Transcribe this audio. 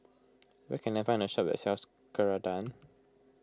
where can I find a shop that sells Ceradan